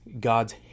God's